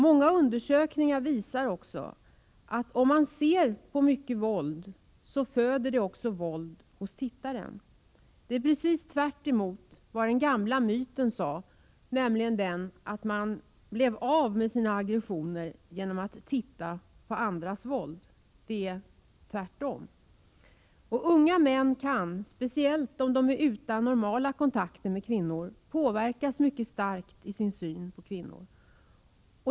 Många undersökningar visar också att om man ser på mycket våld föder det också våld hos tittaren. Det är precis tvärtemot vad den gamla myten sade, nämligen att man blev av med sina aggressioner genom att titta på våld. Unga män kan — speciellt om de är utan normala kontakter med kvinnor — påverkas mycket starkt i sin syn på kvinnor.